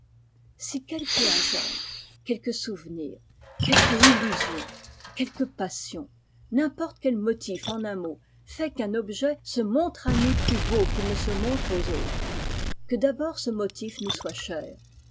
si quelque hasard quelque souvenir quelque illusion quelque passion n'importe quel motit en un mot fait qu'un objet se montre à nous plus beau qu'il ne se montre aux autres que d'abord ce motif nous soit cher